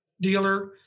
dealer